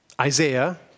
Isaiah